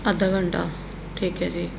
ਅੱਧਾ ਘੰਟਾ ਠੀਕ ਹੈ ਜੀ